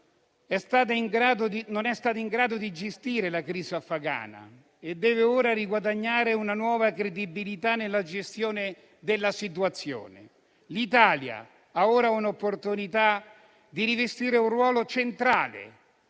non è stata in grado di gestire la crisi afghana e deve ora riguadagnare una nuova credibilità nella gestione della situazione. L'Italia ha ora l'opportunità di rivestire un ruolo centrale,